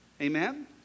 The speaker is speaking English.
amen